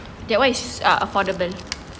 that [one] is uh affordable